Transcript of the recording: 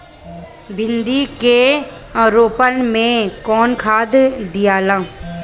भिंदी के रोपन मे कौन खाद दियाला?